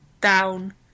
down